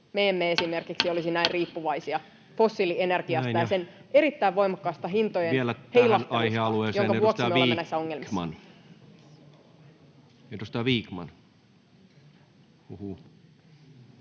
me emme esimerkiksi olisi näin riippuvaisia fossiilienergiasta ja sen erittäin voimakkaasta hintojen heilahtelusta, [Puhemies: Näin!] jonka vuoksi me olemme näissä ongelmissa.